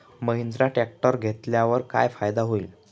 Mahindra tractor घेतल्यावर काय फायदा होईल?